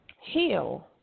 heal